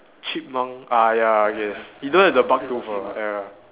chipmunk ah ya I guess he don't have the buck tooth ah ya